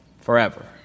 Forever